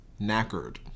knackered